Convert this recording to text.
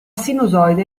sinusoide